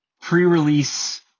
pre-release